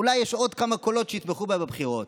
אולי יש עוד כמה קולות שיתמכו בהם בבחירות.